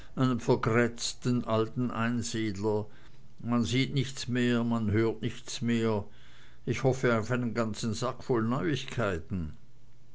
vergrätzten alten einsiedler man sieht nichts mehr man hört nichts mehr ich hoffe auf einen ganzen sack voll neuigkeiten